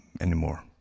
anymore